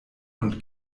und